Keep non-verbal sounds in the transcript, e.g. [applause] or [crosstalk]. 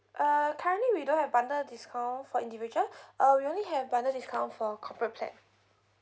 uh currently we don't have bundle discount for individual [breath] uh we only have bundle discount for corporate plan